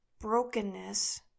brokenness